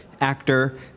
actor